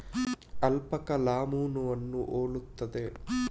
alpaca ಲಾಮೂವನ್ನು ಹೋಲುತ್ತದೆ